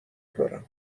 دارم